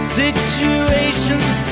situation's